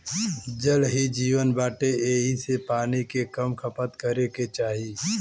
जल ही जीवन बाटे एही से पानी के कम खपत करे के चाही